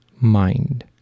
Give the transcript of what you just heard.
mind